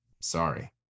Sorry